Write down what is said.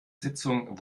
sitzung